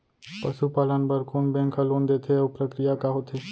पसु पालन बर कोन बैंक ह लोन देथे अऊ प्रक्रिया का होथे?